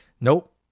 nope